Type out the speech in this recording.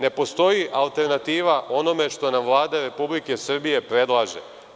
Ne postoji alternativa onome što nam Vlada Republike Srbije predlaže.